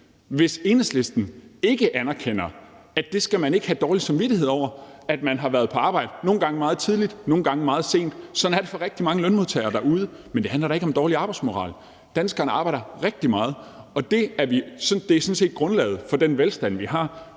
hvis Enhedslisten ikke anerkender, at det skal man ikke have dårlig samvittighed over, altså at man nogle gange har været på arbejde meget tidligt, nogle gange meget sent. Sådan er det for rigtig mange lønmodtagere derude – men det handler da ikke om dårlig arbejdsmoral. Danskerne arbejder rigtig meget, og det er sådan set grundlaget for den velstand, vi